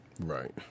Right